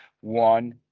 one